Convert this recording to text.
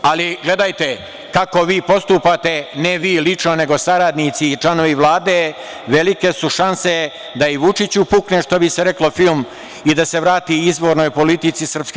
Ali, gledajte, kako vi postupate, ne vi lično, nego saradnici i članovi Vlade, velike su šanse da i Vučiću pukne, što bi se reklo, film i da se vrati izvornoj politici SRS.